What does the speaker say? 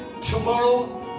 tomorrow